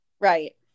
Right